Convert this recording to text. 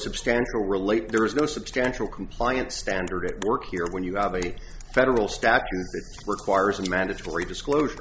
substantial relate there is no substantial compliance standard at work here when you have a federal statute requires mandatory disclos